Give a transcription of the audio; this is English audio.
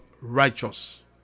righteous